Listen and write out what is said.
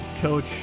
coach